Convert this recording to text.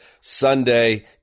Sunday